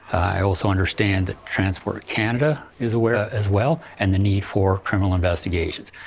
i also understand that transport canada is aware as well, and the need for criminal investigations.